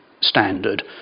standard